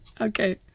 Okay